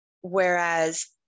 Whereas